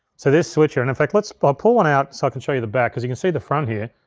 so this switcher, and in fact, i'll but pull one out so i can show you the back cause you can see the front here,